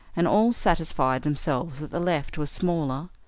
and all satisfied themselves that the left was smaller,